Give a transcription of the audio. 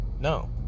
No